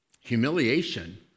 Humiliation